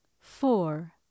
four